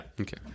Okay